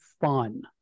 fun